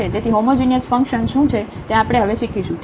તેથી homogeneous function શું છે તે આપણે હવે શીખીશું